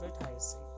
Advertising